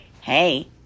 Hey